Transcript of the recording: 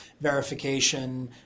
verification